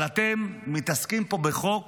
אבל אתם מתעסקים פה בחוק